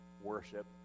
worship